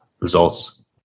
results